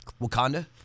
Wakanda